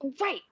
Right